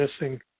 missing